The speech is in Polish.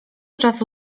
czasu